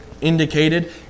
indicated